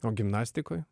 o gimnastikoj